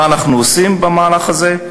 מה אנחנו עושים במהלך הזה?